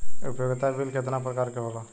उपयोगिता बिल केतना प्रकार के होला?